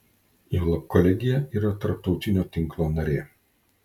juolab kolegija yra tarptautinio tinklo narė